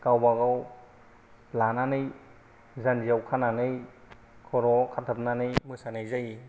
गावबागाव लानानै जानजियाव खानानै खर'आव खाथाबनानै मोसानाय जायो